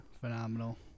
phenomenal